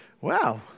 Wow